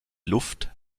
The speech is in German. luft